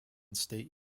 state